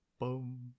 boom